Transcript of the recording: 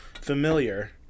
familiar